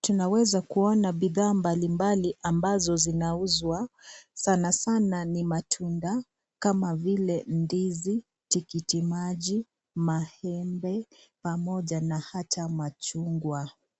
Tunaweza kuona bidhaa mbali mbali ambazo zinauzwa. Sana sana ni matunda kama vile ndizi, tikiti maji, maembe, pamoja na hata machungwa.